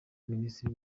minisitiri